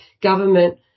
government